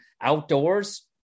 Outdoors